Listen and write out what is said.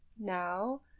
now